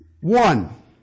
One